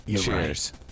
Cheers